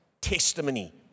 testimony